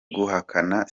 guhakana